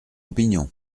opinion